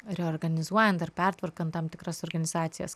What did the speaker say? reorganizuojant ar pertvarkant tam tikras organizacijas